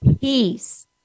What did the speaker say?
peace